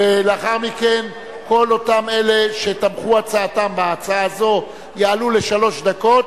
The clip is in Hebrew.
ולאחר מכן כל אותם אלה שתמכו הצעתם בהצעה זו יעלו לשלוש דקות.